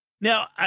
Now